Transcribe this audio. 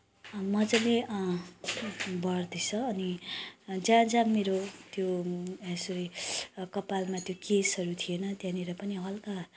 मज्जाले बढ्दैछ अनि जहाँ जहाँ मेरो त्यो यसरी कपालमा त्यो केशहरू थिएन त्यहाँनिर पनि हल्का